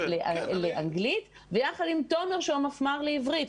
לאנגלית ויחד עם תומר שהוא המפמ"ר לעברית.